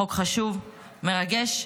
חוק חשוב, מרגש.